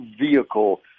vehicle